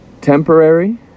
temporary